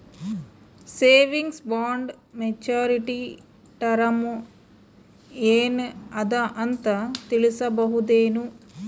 Savings bond maturity term ಏನ ಅದ ಅಂತ ತಿಳಸಬಹುದೇನು?